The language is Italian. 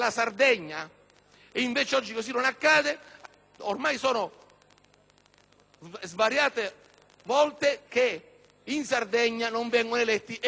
svariate volte che in Sardegna non sono eletti europarlamentari all'interno delle liste di partito. Bastava